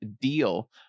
deal